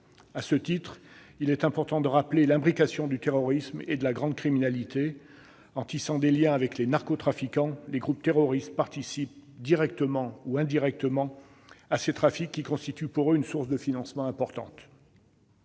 À ce titre, il est important de rappeler l'imbrication du terrorisme et de la grande criminalité : en tissant des liens avec les narcotrafiquants, les groupes terroristes participent, directement ou indirectement, à ces trafics, qui constituent pour eux une source de financement importante.